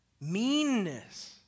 meanness